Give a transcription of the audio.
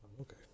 Okay